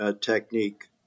technique